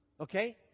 Okay